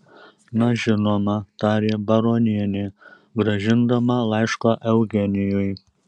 na žinoma tarė baronienė grąžindama laišką eugenijui